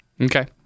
Okay